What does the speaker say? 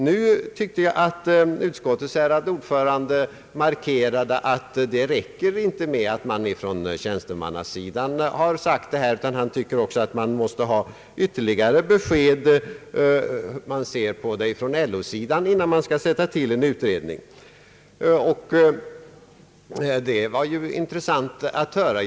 Nu tyckte jag att utskottets ärade ordförande markerade att det inte räcker med att man sagt detta från tjänstemannasidan — han tycker att det också behövs ett besked om hur LO-sidan ser på detta innan man tillsätter en utredning. Det var ju intressant att höra.